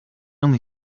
only